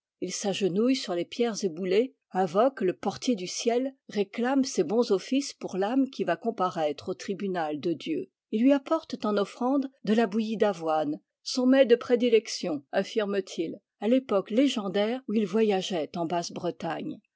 ils s'agenouillent sur les pierres éboulées invoquent le portier du ciel réclament ses bons offices pour l'âme qui va comparaître au tribunal de dieu ils lui apportent en offrande de la bouillie d'avoine son mets de prédilection affirment ils à l'époque légendaire où il voyageait en